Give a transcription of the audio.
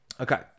Okay